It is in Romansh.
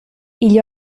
igl